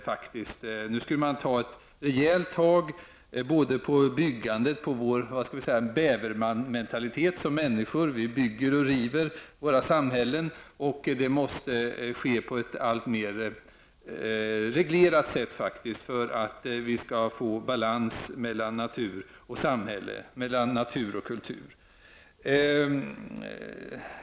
Man skulle ju ta ett rejält tag i byggandet och på vår bävermentalitet som människor -- vi bygger och river våra samhällen -- och det måste faktiskt ske på ett alltmer reglerat sätt för att vi skall få balans mellan natur och samhälle, och mellan natur och kultur.